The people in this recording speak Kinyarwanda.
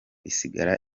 isigara